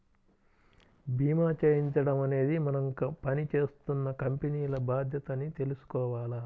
భీమా చేయించడం అనేది మనం పని జేత్తున్న కంపెనీల బాధ్యత అని తెలుసుకోవాల